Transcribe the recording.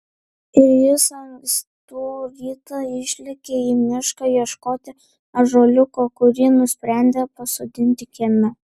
ir jis ankstų rytą išlėkė į mišką ieškoti ąžuoliuko kurį nusprendė pasodinti kieme